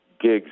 gigs